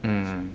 mm